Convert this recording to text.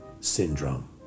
syndrome